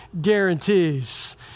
guarantees